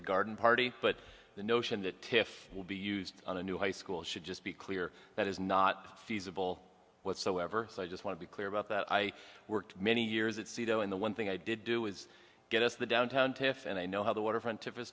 the garden party but the notion that tiff will be used on a new high school should just be clear that is not feasible whatsoever so i just want to be clear about that i worked many years at sea though in the one thing i did do is get us the downtown to find they know how the waterfront of a